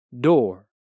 door